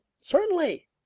Certainly